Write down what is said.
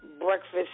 breakfast